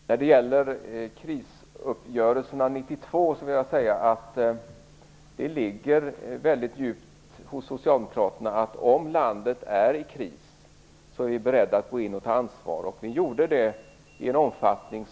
Herr talman! När det gäller krisuppgörelserna år 1992 ligger det väldigt djupt hos Socialdemokraterna att vi är beredda att gå in och ta ansvar om landet är i kris. Vi gjorde det i en sådan omfattning